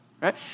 right